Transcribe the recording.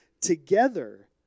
together